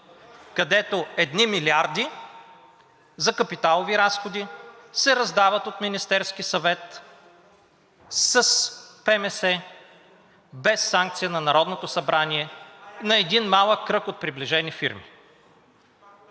където едни милиарди за капиталови разходи се раздават от Министерския съвет с ПМС без санкция на Народното събрание на един малък кръг от приближени фирми.